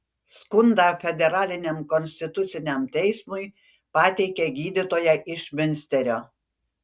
skundą federaliniam konstituciniam teismui pateikė gydytoja iš miunsterio